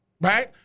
right